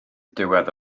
diwedd